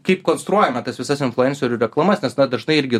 kaip konstruojame tas visas influencerių reklamas nes na dažnai irgi